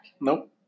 Nope